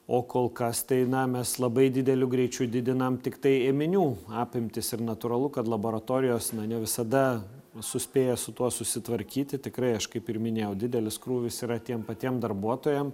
o kol kas tai na mes labai dideliu greičiu didinam tiktai ėminių apimtis ir natūralu kad laboratorijos ne visada suspėja su tuo susitvarkyti tikrai aš kaip ir minėjau didelis krūvis yra tiem patiem darbuotojam